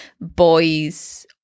boys